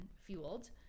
fueled